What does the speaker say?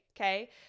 okay